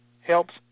helps